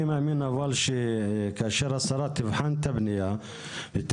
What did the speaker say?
אני מאמין שכאשר השרה תבחן את הפנייה וכשהיא